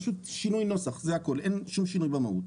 פשוט שינוי נוסח זה הכול, אין שום שינוי במהות.